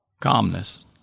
calmness